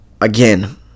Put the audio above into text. again